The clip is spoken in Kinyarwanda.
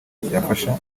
byafasha